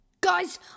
Guys